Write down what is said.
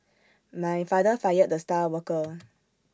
my father fired the star worker